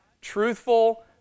truthful